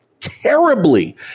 terribly